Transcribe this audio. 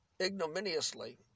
ignominiously